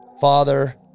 Father